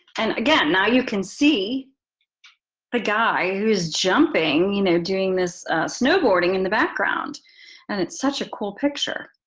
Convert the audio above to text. and again, now you can see a guy who's jumping, you know doing this snowboarding in the background and it's such a cool picture.